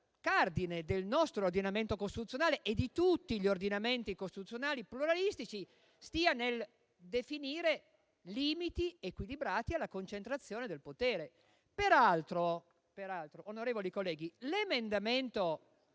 cardine del nostro ordinamento costituzionale e di tutti gli ordinamenti costituzionali pluralistici stia nel definire limiti equilibrati alla concentrazione del potere. Peraltro, onorevoli colleghi, l'emendamento